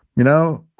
you know,